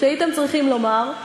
והייתם צריכים לומר: